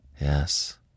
Yes